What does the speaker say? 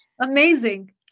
amazing